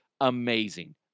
Amazing